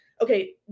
okay